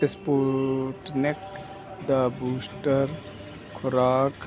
Sputnik ਦਾ booster ਖੁਰਾਕ